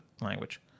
language